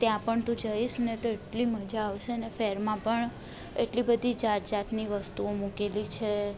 ત્યાંપણ તું જઈશને તો એટલી મજા આવશેને ફેરમાં પણ એટલી બધી જાત જાતની વસ્તુઓ મૂકેલી છે